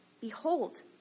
Behold